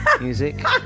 music